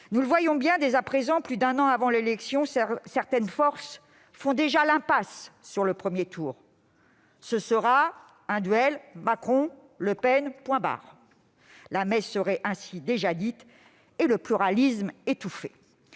Nous le voyons bien dès à présent, plus d'un an avant l'élection, certaines forces font déjà l'impasse sur le premier tour : ce sera un duel Macron-Le Pen, point barre ! La messe serait ainsi déjà dite et le pluralisme étouffé.